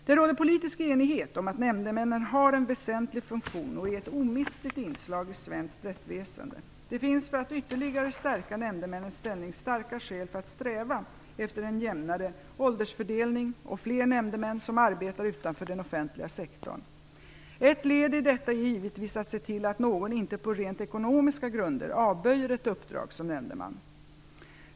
Det råder politisk enighet om att nämndemännen har en väsentlig funktion och är ett omistligt inslag i svenskt rättsväsende. Det finns för att ytterligare stärka nämndemännens ställning starka skäl för att sträva efter en jämnare åldersfördelning och fler nämndemän som arbetar utanför den offentliga sektorn. Ett led i detta är givetvis att se till att någon inte på rent ekonomiska grunder avböjer ett uppdrag som nämndeman.